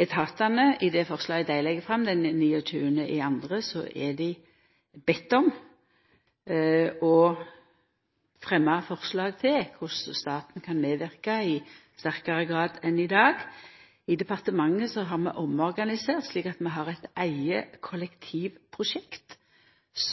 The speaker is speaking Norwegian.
Etatane – i det forslaget dei legg fram den 29. februar – er bedne om å fremja forslag til korleis staten kan medverka i sterkare grad enn i dag. I departementet har vi omorganisert, slik at vi har eit eige kollektivprosjekt,